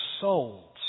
souls